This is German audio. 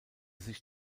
sich